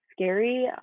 scary